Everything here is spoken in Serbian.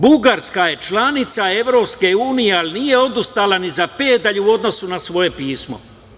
Bugarska je članica EU, ali nije odustala ni za pedalj u odnosu na svoje pismo.